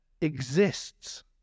exists